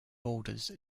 borders